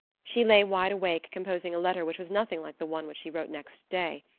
she lay wide awake composing a letter which was nothing like the one which she wrote next day.